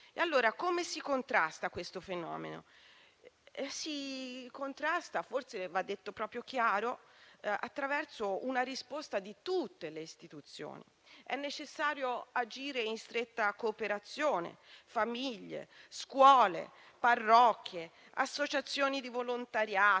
Allora come si contrasta questo fenomeno? Si contrasta - forse va detto proprio in modo chiaro - attraverso una risposta di tutte le istituzioni. È necessario agire in stretta cooperazione, famiglie, scuole, parrocchie, associazioni di volontariato,